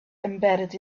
embedded